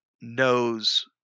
knows